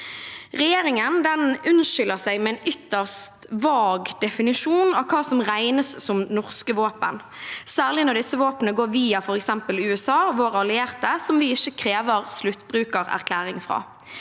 Regjeringen unnskylder seg med en ytterst vag definisjon av hva som regnes som norske våpen, særlig når disse våpnene går via f.eks. USA, våre allierte, som vi ikke krever sluttbrukererklæring fra.